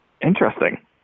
Interesting